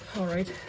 alright,